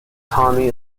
tommy